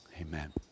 amen